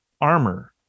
armor